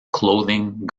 clothing